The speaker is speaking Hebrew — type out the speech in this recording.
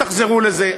תחזרו לזה,